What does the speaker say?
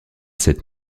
cette